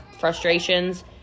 frustrations